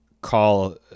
call